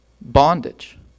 bondage